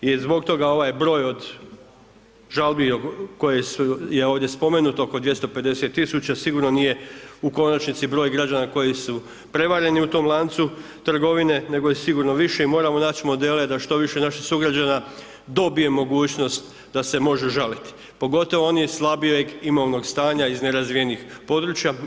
I zbog toga ovaj broj od žalbi koje je ovdje spomenuto, oko 250 000, sigurno nije u konačnici broj građana koji su prevareni u tom lancu trgovine, nego je sigurno više i moramo naći modele da što više naših sugrađana dobije mogućnost da se mogu žalit, pogotovo oni slabijeg imovnog stanja iz nerazvijenih područja.